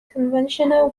conventional